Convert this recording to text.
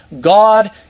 God